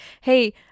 hey